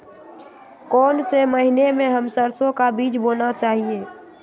कौन से महीने में हम सरसो का बीज बोना चाहिए?